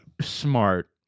Smart